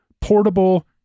Portable